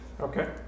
Okay